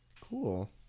Cool